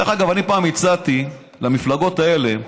דרך אגב, אני פעם הצעתי למפלגות האלה: